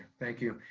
thank you.